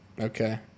Okay